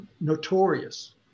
notorious